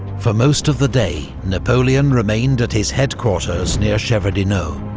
for most of the day, napoleon remained at his headquarters near shevardino.